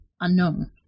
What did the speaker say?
unknown